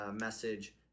message